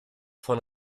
von